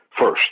first